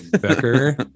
Becker